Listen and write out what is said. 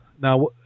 Now